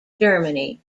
germany